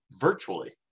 virtually